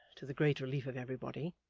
to the great relief of everybody,